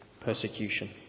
persecution